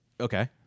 okay